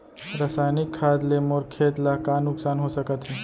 रसायनिक खाद ले मोर खेत ला का नुकसान हो सकत हे?